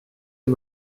est